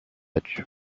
edge